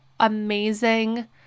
amazing